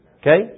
Okay